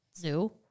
Zoo